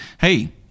Hey